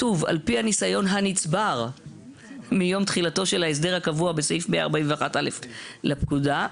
על פי הניסיון הנצבר מיום תחילתו של ההסדר הקבוע בסעיף 141א' לפקודה,